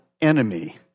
enemy